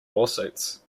lawsuits